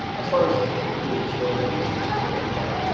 as far as accurateness goes like listsource is great, but